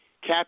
Cap